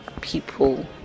people